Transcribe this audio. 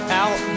out